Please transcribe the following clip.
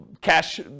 cash